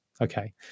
Okay